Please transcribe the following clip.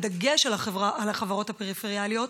בדגש על החברות הפריפריאליות,